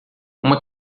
uma